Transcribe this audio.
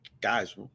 guys